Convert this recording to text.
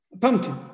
pumpkin